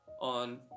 on